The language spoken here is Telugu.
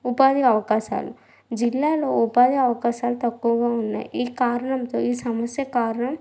ఉపాధి అవకాశాలు జిల్లాలో ఉపాధి అవకాశాలు తక్కువగా ఉన్నాయి ఈ కారణంతో ఈ సమస్యకు కారణం